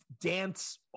dance